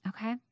Okay